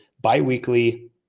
bi-weekly